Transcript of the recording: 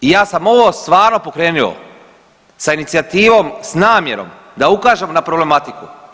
I ja sam ovo stvarno pokrenuo sa inicijativom, s namjerom da ukažemo na problematiku.